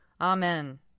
Amen